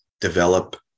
develop